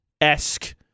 esque